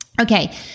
Okay